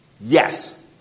yes